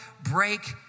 break